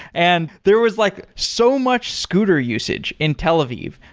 and there was like so much scooter usage in tel aviv.